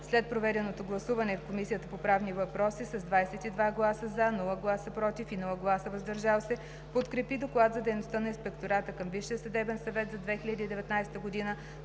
След проведеното гласуване Комисията по правни въпроси с 22 гласа „за“, без „против“ и „въздържал се“ подкрепи Доклад за дейността на Инспектората към Висшия съдебен съвет за 2019 г.,